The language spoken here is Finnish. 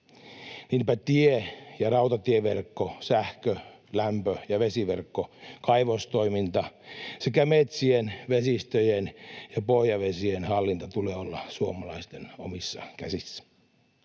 Niinpä tie- ja rautatieverkon, sähkö-, lämpö- ja vesiverkon, kaivostoiminnan sekä metsien, vesistöjen ja pohjavesien hallinnan tulee olla suomalaisten omissa käsissä.